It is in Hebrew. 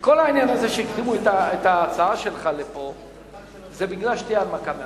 שכל העניין הזה שהקדימו את ההצעה שלך לפה זה מפני שתהיה הנמקה מהמקום.